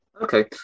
Okay